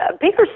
bigger